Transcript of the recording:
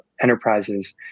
enterprises